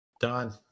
done